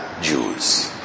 Jews